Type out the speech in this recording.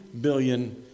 billion